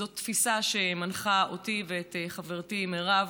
זו תפיסה שמנחה אותי ואת חברתי מירב